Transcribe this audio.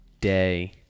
day